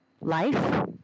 life